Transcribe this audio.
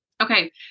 Okay